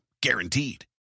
Guaranteed